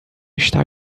está